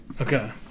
Okay